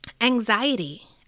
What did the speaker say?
anxiety